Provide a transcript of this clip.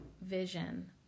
vision